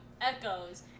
Echoes